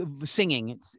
singing